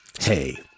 Hey